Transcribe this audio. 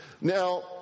Now